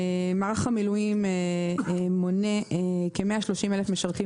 מערך המילואים מונה כ-130,000 משרתים